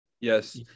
Yes